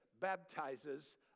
baptizes